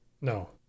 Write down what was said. No